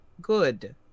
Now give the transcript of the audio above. Good